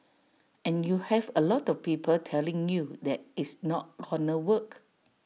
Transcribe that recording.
and you have A lot of people telling you that it's not gonna work